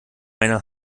meine